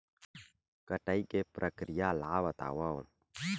कटाई के प्रक्रिया ला बतावव?